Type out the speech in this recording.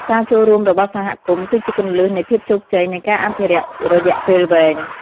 ការចូលរួមរបស់សហគមន៍គឺជាគន្លឹះនៃភាពជោគជ័យនៃការអភិរក្សរយៈពេលវែង។